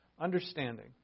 Understanding